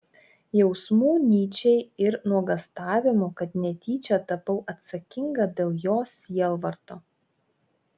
jausmų nyčei ir nuogąstavimų kad netyčia tapau atsakinga dėl jo sielvarto